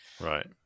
right